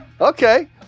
Okay